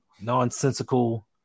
nonsensical